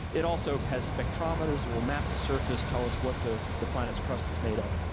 it also has spectrometers, will map the surface, tell us what the the planet's crust is made of.